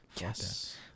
Yes